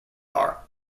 are